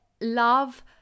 love